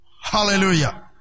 Hallelujah